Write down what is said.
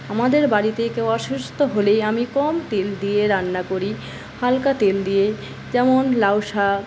আমাদের বাড়িতে কেউ অসুস্থ হলেই আমি কম তেল দিয়ে রান্না করি হাল্কা তেল দিয়ে যেমন লাউ শাক